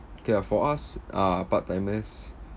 okay ah for us uh part-timers